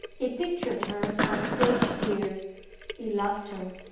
he pictured her of sage years he loved her.